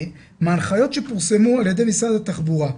מההנחיות שפורסמו על ידי משרד התחבורה,